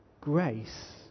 grace